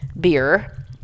beer